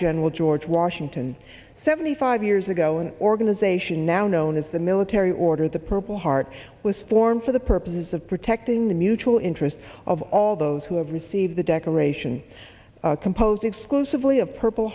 general george washington so the five years ago an organization now known as the military order the purple heart was formed for the purposes of protecting the mutual interests of all those who have received the declaration composed exclusively of purple